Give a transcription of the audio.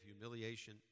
Humiliation